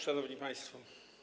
Szanowni Państwo!